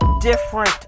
different